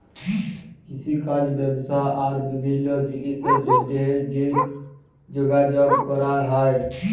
কিষিকাজ ব্যবসা আর বিভিল্ল্য জিলিসের জ্যনহে যে যগাযগ ক্যরা হ্যয়